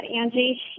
Angie